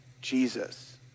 Jesus